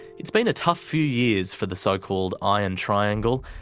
it's been a tough few years for the so-called iron triangle,